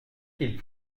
qu’il